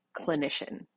clinician